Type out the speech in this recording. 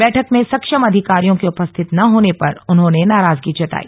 बैठक में सक्षम अधिकारियों के उपस्थित न होने पर उन्होंने नाराजगी जताई